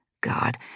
God